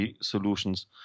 solutions